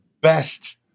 best